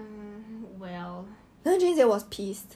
mm well